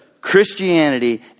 Christianity